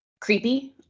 creepy